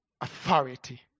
authority